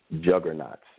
juggernauts